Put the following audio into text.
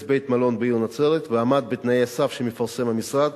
בית-מלון בעיר נצרת ועמד בתנאי הסף שמפרסם המשרד,